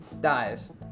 dies